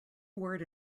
word